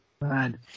Man